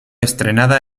estrenada